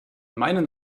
meinen